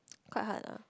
quite hard lah